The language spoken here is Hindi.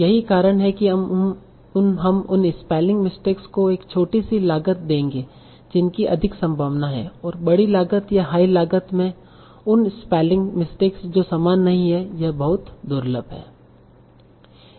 यही कारण है कि हम उन स्पेलिंग मिस्टेक्स को एक छोटी सी लागत देंगे जिसकी अधिक संभावना है और बड़ी लागत या हाई लागत में उन स्पेलिंग मिस्टेक्स जो समान नहीं हैं यह बहुत दुर्लभ हैं